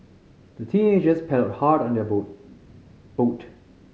the teenagers paddled hard on their boat